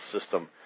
system